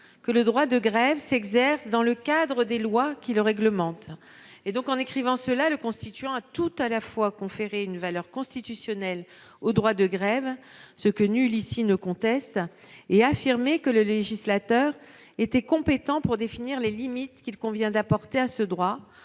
que « le droit de grève s'exerce dans le cadre des lois qui le réglementent ». Par ces mots, le constituant a tout à la fois conféré une valeur constitutionnelle au droit de grève, ce que nul ici ne conteste, et affirmé que le législateur était compétent pour définir les limites qu'il convient d'apporter à ce droit,